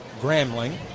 grambling